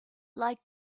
like